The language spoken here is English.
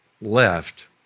left